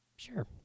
Sure